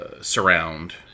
surround